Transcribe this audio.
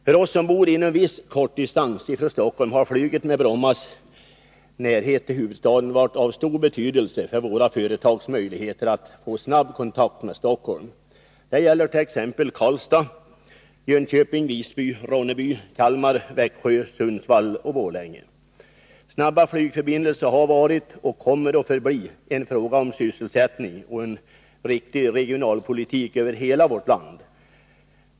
För oss som bor på orter inom viss kortare distans från Stockholm har flyget med Brommas närhet till huvudstaden varit av stor betydelse för våra företags möjligheter att få snabb kontakt med Stockholm. Det gäller t.ex. Karlstad, Jönköping, Visby, Ronneby, Kalmar, Växjö, Sundsvall och Borlänge. Snabba flygförbindelser har varit och kommer att förbli en fråga om sysselsättning och en riktig regionalpolitik över hela vårt land.